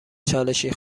چالشی